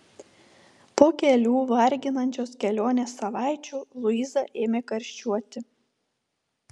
po kelių varginančios kelionės savaičių luiza ėmė karščiuoti